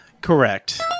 correct